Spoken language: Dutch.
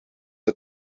het